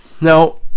now